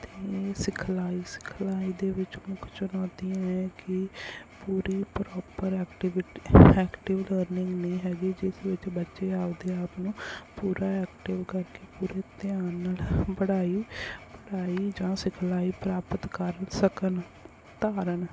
ਅਤੇ ਸਿਖਲਾਈ ਸਿਖਲਾਈ ਦੇ ਵਿੱਚ ਮੁੱਖ ਚੁਣੌਤੀਆਂ ਇਹ ਹੈ ਕਿ ਪੂਰੀ ਪ੍ਰੋਪਰ ਐਕਟੀਵਿਟੀ ਐਕਟਿਵ ਲਰਨਿੰਗ ਨਹੀਂ ਹੈਗੀ ਜਿਸ ਵਿੱਚ ਬੱਚੇ ਆਪਣੇ ਆਪ ਨੂੰ ਪੂਰਾ ਐਕਟਿਵ ਕਰਕੇ ਪੂਰੇ ਧਿਆਨ ਨਾਲ ਪੜ੍ਹਾਈ ਪੜ੍ਹਾਈ ਜਾਂ ਸਿਖਲਾਈ ਪ੍ਰਾਪਤ ਕਰ ਸਕਣ ਧਾਰਨ